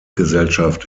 gesellschaft